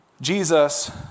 Jesus